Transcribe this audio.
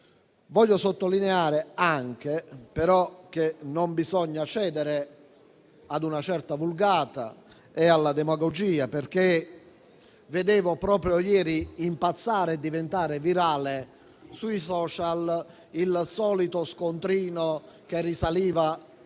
Voglio sottolineare anche, però, che non bisogna cedere a una certa *vulgata* e alla demagogia, perché vedevo proprio ieri impazzare e diventare virale sui *social* la foto del solito scontrino che risale a